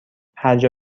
هرجا